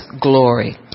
glory